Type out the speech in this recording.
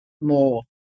more